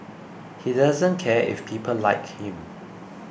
he doesn't care if people like him